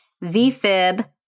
V-fib